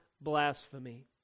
blasphemy